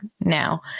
now